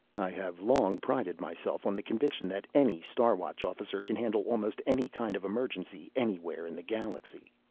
i have long prided myself on the conviction that any star watch officer can handle almost any kind of emergency anywhere in the galaxy.